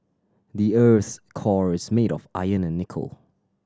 the earth's core is made of iron and nickel